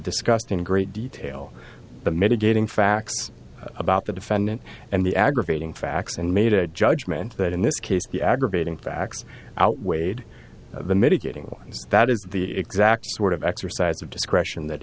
discussed in great detail the mitigating facts about the defendant and the aggravating facts and made a judgment that in this case the aggravating facts outweighed the mitigating lines that is the exact sort of exercise of discretion that